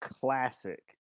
classic